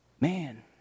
man